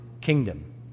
kingdom